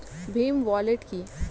Bhim wallet কি?